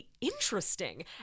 interesting